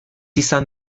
izan